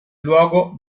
luogo